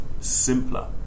simpler